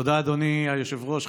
תודה, אדוני היושב-ראש.